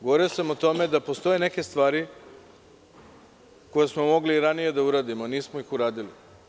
Govorio sam o tome da postoje neke stvari koje smo mogli i ranije da uradimo, nismo ih uradili.